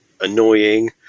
annoying